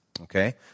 Okay